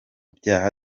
byaha